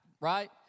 right